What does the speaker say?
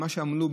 ממה שעמלו,